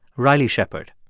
riley shepard,